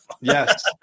Yes